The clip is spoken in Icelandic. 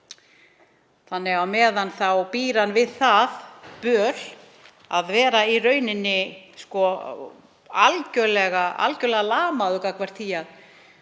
árum. Á meðan býr hann við það böl að vera í rauninni algerlega lamaður gagnvart því að